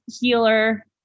healer